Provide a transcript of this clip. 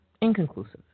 inconclusive